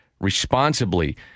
responsibly